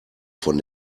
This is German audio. von